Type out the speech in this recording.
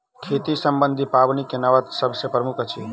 खेती सम्बन्धी पाबनि मे नवान्न सभ सॅ प्रमुख अछि